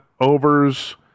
overs